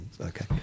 Okay